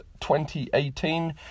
2018